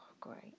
great